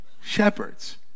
shepherds